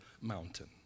mountain